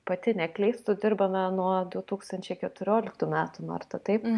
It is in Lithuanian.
pati neklystu dirbame nuo du tūkstančiai keturioliktų metų marta taip